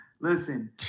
listen